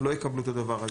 ולא יקבלו את הדבר הזה.